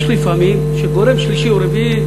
יש לפעמים שגורם שלישי או רביעי,